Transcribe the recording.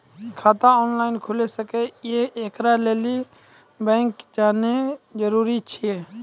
खाता ऑनलाइन खूलि सकै यै? एकरा लेल बैंक जेनाय जरूरी एछि?